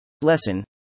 Lesson